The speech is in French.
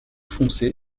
foncé